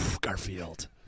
Garfield